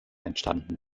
entstanden